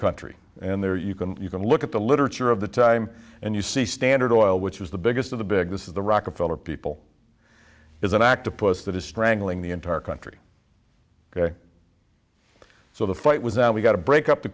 country and there you can you can look at the literature of the time and you see standard oil which was the biggest of the big this is the rockefeller people is an act opposed that is strangling the entire country ok so the fight was that we got to break up the